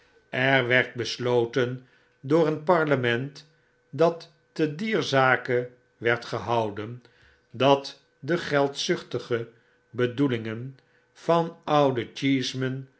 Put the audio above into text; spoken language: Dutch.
er werd besloten door een parlement dat te dier zake werd gehouden dat de geldzuchtige bedoelingen van ouden